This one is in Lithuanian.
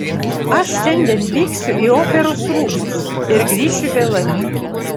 aš šiandien vyksiu į operos rūmus ir grįšiu vėlai